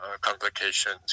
complications